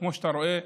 כמו שאתה רואה,